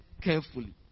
carefully